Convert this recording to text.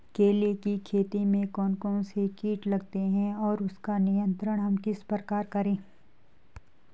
केले की खेती में कौन कौन से कीट लगते हैं और उसका नियंत्रण हम किस प्रकार करें?